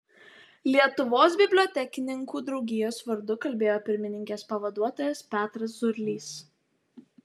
lietuvos bibliotekininkų draugijos vardu kalbėjo pirmininkės pavaduotojas petras zurlys